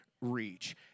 reach